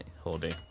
Holding